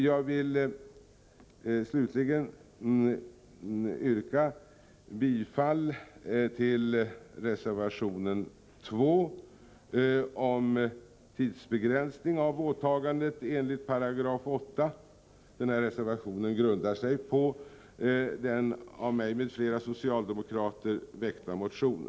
Jag yrkar bifall till reservationen 2 om tidsbegränsning av åtagandet enligt 8 §, vilken reservation grundar sig på en av mig m.fl. socialdemokrater väckt motion.